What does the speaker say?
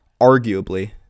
arguably –